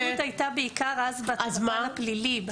ההתנגדות הייתה בעיקר בפן הפלילי.